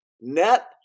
net